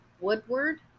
Woodward